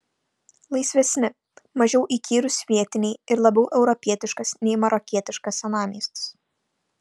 laisvesni mažiau įkyrūs vietiniai ir labiau europietiškas nei marokietiškas senamiestis